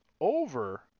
over